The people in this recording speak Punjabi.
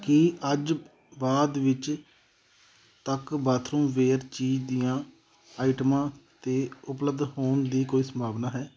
ਕੀ ਅੱਜ ਬਾਅਦ ਵਿੱਚ ਤੱਕ ਬਾਥਰੂਮਵੇਅਰ ਚੀਜ਼ ਦੀਆਂ ਆਈਟਮਾਂ ਦੇ ਉਪਲੱਬਧ ਹੋਣ ਦੀ ਕੋਈ ਸੰਭਾਵਨਾ ਹੈ